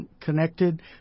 connected